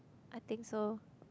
I think so